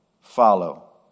follow